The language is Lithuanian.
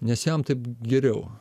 nes jam taip geriau